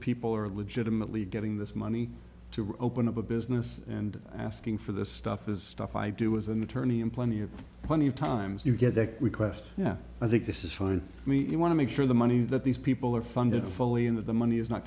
people are legitimately getting this money to open up a business and asking for this stuff is stuff i do as an attorney in plenty of plenty of times you get that we quest yeah i think this is fine we want to make sure the money that these people are funded fully in that the money is not